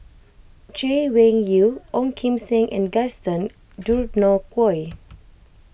Chay Weng Yew Ong Kim Seng and Gaston Dutronquoy